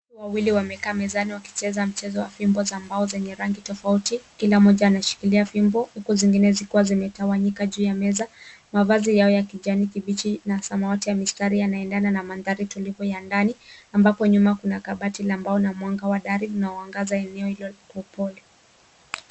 Wawili wamekaa mezani wakicheza mchezo wa fimbo za mbao zenye rangi tofauti. Kila mmoja ameshikilia fimbo huku zingine zikiwa zimetawanyika juu ya meza. Mavazi yao ya kijani kibichi na samawati ya mistari yanaendana na mandhari tulivu ya ndani ambapo nyuma kuna kabati la mbao na mwanga wa dari unaoangaza eneo hilo kwa upole.